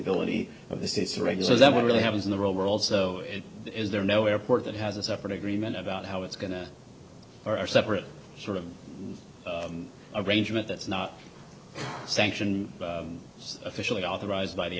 ability of the state's regs so that what really happens in the real world so is there no airport that has a separate agreement about how it's going to there are separate sort of arrangement that's not sanctioned officially authorized by the